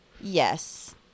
Yes